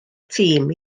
tîm